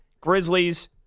Grizzlies